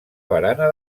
barana